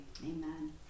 amen